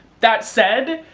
that said,